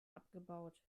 abgebaut